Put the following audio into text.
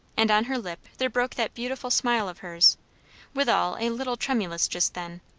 and on her lip there broke that beautiful smile of hers withal a little tremulous just then.